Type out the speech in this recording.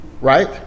Right